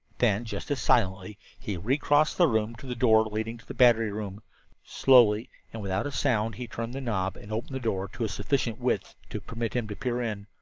then, just as silently, he re-crossed the room to the door leading to the battery room slowly and without a sound he turned the knob and opened the door to a sufficient width to permit him to peer in.